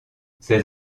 ses